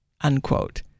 unquote